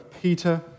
Peter